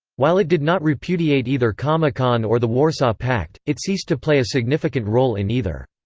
while it did not repudiate either comecon or the warsaw pact, it ceased to play a significant role in either.